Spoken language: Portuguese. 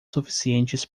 suficientes